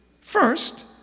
First